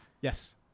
Yes